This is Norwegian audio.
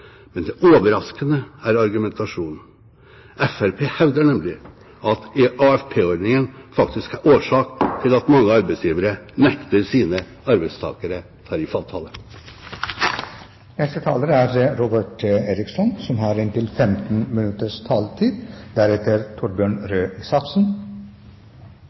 Det overraskende er argumentasjonen. Fremskrittspartiet hevder nemlig at AFP-ordningen faktisk er årsak til at mange arbeidsgivere nekter sine arbeidstakere tariffavtale. Neste taler er Robert Eriksson, som har en taletid på inntil 15